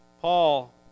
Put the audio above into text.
Paul